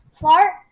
fart